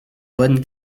bonne